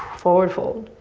forward fold.